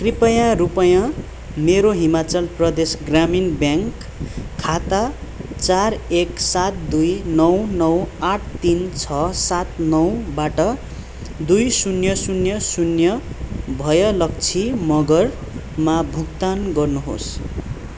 कृपया रुपियाँ मेरो हिमाचल प्रदेश ग्रामीण ब्याङ्क खाता चार एक सात दुई नौ नौ आठ तिन छ सात नौबाट दुई शुन्य शुन्य शुन्य भयलक्षी मँगरमा भुक्तान गर्नुहोस्